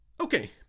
Okay